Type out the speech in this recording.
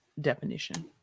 definition